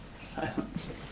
Silence